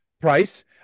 price